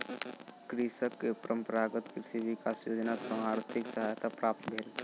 कृषक के परंपरागत कृषि विकास योजना सॅ आर्थिक सहायता प्राप्त भेल